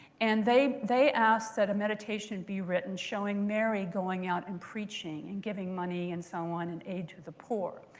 and they they asked that a meditation be written showing mary going out and preaching and giving money and so on and aid to the poor.